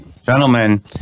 Gentlemen